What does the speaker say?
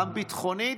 גם ביטחונית: